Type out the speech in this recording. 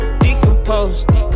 decomposed